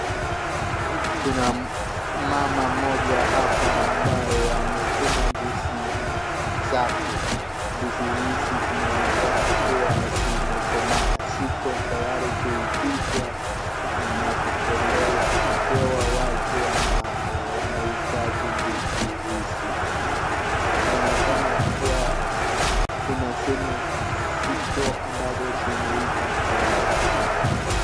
Kuna mama mmoja hapa ambaye amefuna ndizi zake. Ndizi hizi zinaonekana kuwa zimekomaa. Ziko tayari kuivishwa na kupelekewa watu ambayo wanahitaji ndizi hizi. Kunaonekana kuwa kuna zenye ziko ambazo zimeiva tayari.